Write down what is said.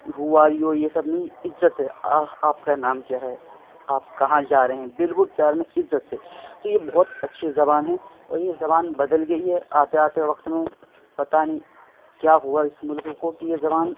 who are you یہ سب نہیں عزت سے آپ کا نام کیا ہے آپ کہاں جا رہے ہیں بالکل پیار میں عزت سے تو یہ بہت اچھی زبان ہیں اور یہ زبان بدل گئی ہے آتے آتے وقت میں پتہ نہیں کیا ہوا اس ملک کو کہ یہ زبان